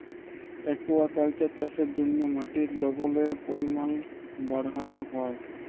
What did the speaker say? aquaculture চাষের জ্যনহে মাটির লবলের পরিমাল বাড়হাল হ্যয়